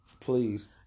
Please